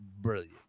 brilliant